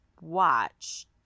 watch